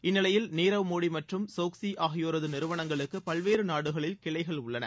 இந்நிலையில் நீரவ் மோடி மற்றும் சோக்சி ஆகியோரது நிறுவனங்களுக்கு பல்வேறு நாடுகளில் கிளைகள் உள்ளன